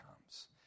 comes